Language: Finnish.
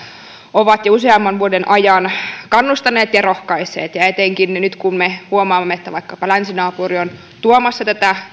ovat jo useamman vuoden ajan kannustaneet ja rohkaisseet ja etenkään nyt kun me huomaamme että vaikkapa länsinaapuri on tuomassa tätä